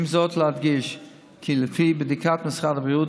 יש להדגיש כי לפי בדיקת משרד הבריאות